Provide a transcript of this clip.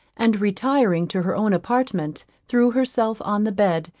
and retiring to her own apartment, threw herself on the bed,